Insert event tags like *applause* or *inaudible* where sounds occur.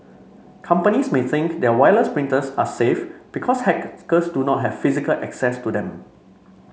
companies may think their wireless printers are safe because hacker *unintelligible* do not have physical access to them